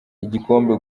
igikombe